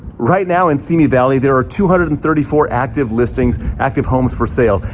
right now in simi valley, there are two hundred and thirty four active listings, active homes for sale.